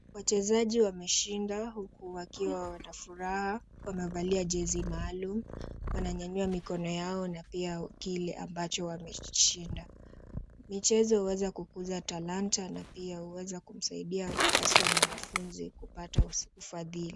Wachezaji wameshinda huku wakiwa na furaha. Wamevalia jezi maalum. Wananyanyua mikono yao na pia kile ambacho wamekishinda. Michezo huweza kukuza talanta na pia huweza kumsaidia mwanafunzi kupata ufadhili.